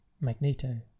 Magneto